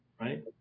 right